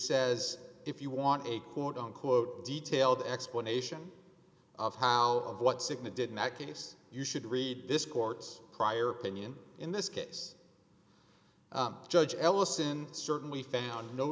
says if you want a quote unquote detailed explanation of how of what cigna didn't that case you should read this court's prior opinion in this case judge ellison certainly